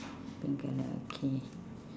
pink colour okay